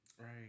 Right